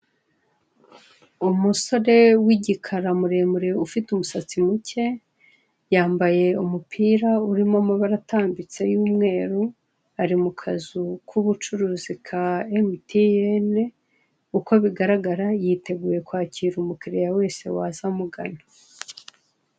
Umusore w'igikara muremure ufite umusatsi muke, yambaye umpira urumo amabara atambitse y'umweru, ari mu kazu k'ubucuruzi ka emutiyene, uko bigaragara yiteguye kwakira umukiriya wese waza amugana.